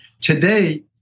today